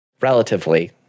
relatively